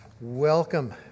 welcome